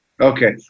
okay